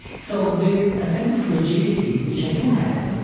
so there is a sense of fragility, which i do have,